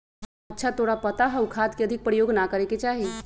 अच्छा तोरा पता हाउ खाद के अधिक प्रयोग ना करे के चाहि?